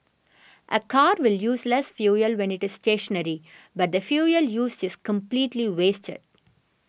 a car will use less fuel when it is stationary but the fuel used is completely wasted